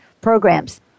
programs